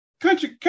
country